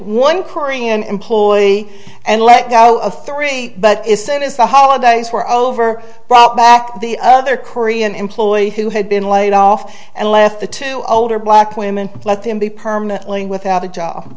one korean employee and let out a three but is it is the holidays were over brought back the other korean employee who had been laid off and left the two older black women let them be permanently without a job